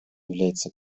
является